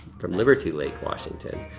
from liberty lake, washington.